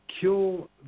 kill